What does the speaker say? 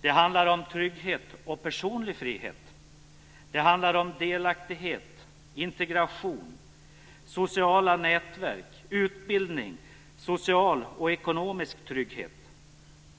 Det handlar om trygghet och personlig frihet, om delaktighet, integration, sociala nätverk, utbildning och social och ekonomisk trygghet.